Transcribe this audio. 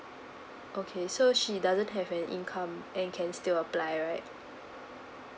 okay so she doesn't have an income and can still apply right